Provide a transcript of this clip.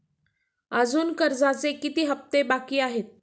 अजुन कर्जाचे किती हप्ते बाकी आहेत?